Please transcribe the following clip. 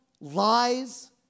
lies